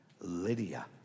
Lydia